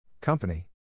Company